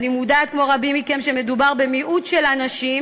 אני מודעת כמו רבים מכם לכך שמדובר במיעוט של אנשים